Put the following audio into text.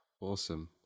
Awesome